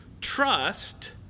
trust